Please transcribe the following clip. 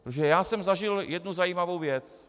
Protože já jsem zažil jednu zajímavou věc.